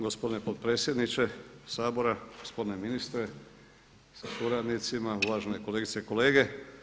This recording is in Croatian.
Gospodine potpredsjedniče Sabora, gospodine ministre sa suradnicima, uvažene kolegice i kolege.